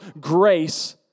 grace